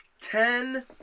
Ten